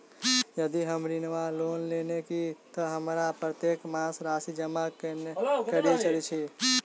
यदि हम ऋण वा लोन लेने छी तऽ हमरा प्रत्येक मास राशि जमा केनैय जरूरी छै?